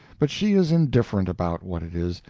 but she is indifferent about what it is,